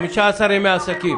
15 ימי עסקים.